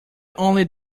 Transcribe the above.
only